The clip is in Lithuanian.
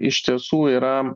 iš tiesų yra